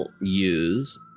use